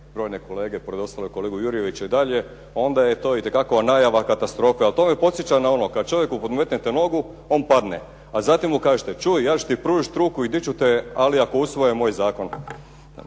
brojne kolege pored ostalog kolegu Jurjevića i dalje, onda je to itekako najava katastrofe. Ali to me podsjeća na ono kad čovjeku podmetnete nogu on padne, a zatim mu kažete čuj, ja ću ti pružiti ruku i dići ću te, ali ako usvoje moj zakon.